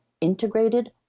integrated